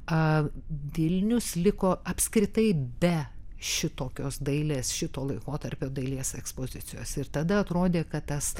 a vilnius liko apskritai be šitokios dailės šito laikotarpio dailės ekspozicijos ir tada atrodė kad tas